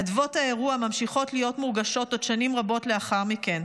אדוות האירוע ממשיכות להיות מורגשות עוד שנים רבות לאחר מכן.